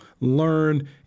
Learn